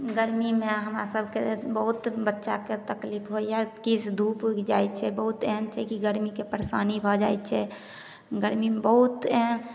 गर्मीमे हमरा सबके बहुत बच्चाके तकलीफ होइए तेज धूप उगि जाइ छै बहुत एहन छै की गर्मीके परेशानी भऽ जाइ छै गर्मीमे बहुत एहन